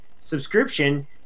subscription